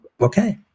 okay